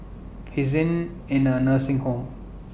he is in in A nursing home